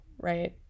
right